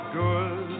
good